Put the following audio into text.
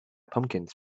pumpkins